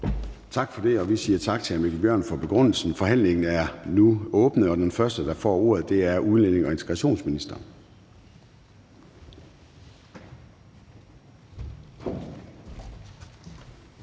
Gade): Vi siger tak til hr. Mikkel Bjørn for begrundelsen. Forhandlingen er nu åbnet, og den første, der får ordet, er udlændinge- og integrationsministeren.